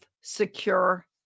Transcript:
secure